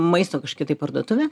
maisto kažkokia tai parduotuvė